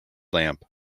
lamp